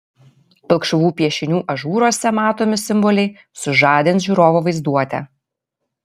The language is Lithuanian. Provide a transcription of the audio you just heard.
pilkšvų piešinių ažūruose matomi simboliai sužadins žiūrovo vaizduotę